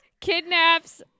Kidnaps